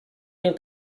mil